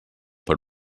per